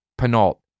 Penalt